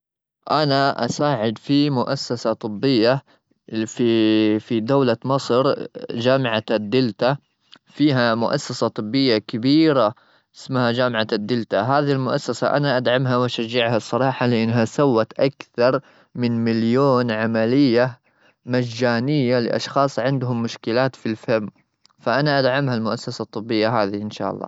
أنا أساعد في مؤسسة طبية في-في دولة مصر، جامعة الدلتا. فيها مؤسسة طبية كبيرة اسمها جامعة الدلتا. هذه المؤسسة أنا أدعمها وأشجعها الصراحة. لأنها سوت أكثر من مليون عملية مجانية لأشخاص عندهم مشكلات في الفم. فأنا أدعمها، المؤسسة الطبية هذي إن شاء الله.